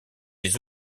les